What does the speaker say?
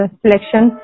selection